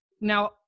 now